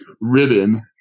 Ribbon